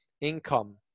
income